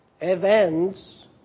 events